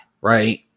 right